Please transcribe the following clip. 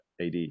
ad